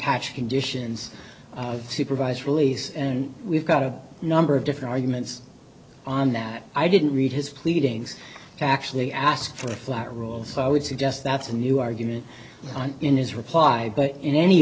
attach conditions supervised release and we've got a number of different arguments on that i didn't read his pleadings to actually ask for a flat rule so i would suggest that's a new argument on in his reply but in any